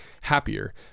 happier